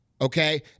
Okay